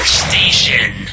station